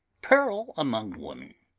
pearl among women!